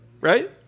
Right